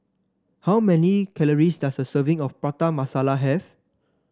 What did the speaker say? how many calories does a serving of Prata Masala have